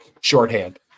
shorthand